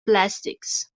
plastics